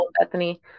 bethany